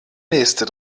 nächste